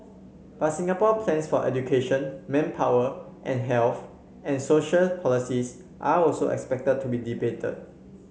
but Singapore's plans for education manpower and health and social policies are also expected to be debated